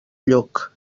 lluc